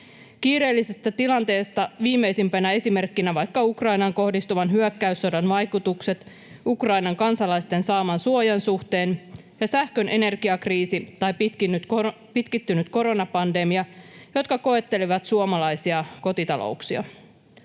Kiireellisistä tilanteista viimeisimpinä esimerkkeinä ovat vaikka Ukrainaan kohdistuvan hyökkäyssodan vaikutukset Ukrainan kansalaisten saaman suojan suhteen, sähkön energiakriisi tai pitkittynyt koronapandemia, jotka koettelivat suomalaisia kotitalouksia.